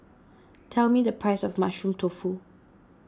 tell me the price of Mushroom Tofu